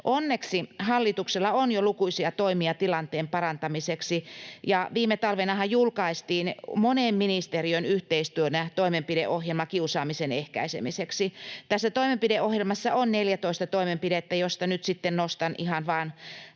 Onneksi hallituksella on jo lukuisia toimia tilanteen parantamiseksi, ja viime talvenahan julkaistiin monen ministeriön yhteistyönä toimenpideohjelma kiusaamisen ehkäisemiseksi. Tässä toimenpideohjelmassa on 14 toimenpidettä, joista nyt sitten nostan ihan vaan